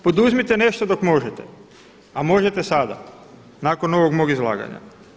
Poduzmite nešto dok možete, a možete sada nakon ovog mog izlaganja.